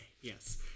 yes